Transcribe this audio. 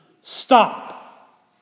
stop